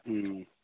हुँ